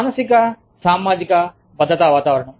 మానసిక సామాజిక భద్రత వాతావరణం